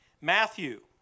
Matthew